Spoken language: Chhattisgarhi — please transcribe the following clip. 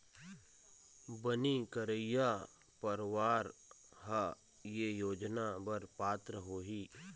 बनी करइया परवार ह ए योजना बर पात्र होही